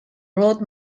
wrote